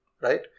right